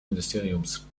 ministeriums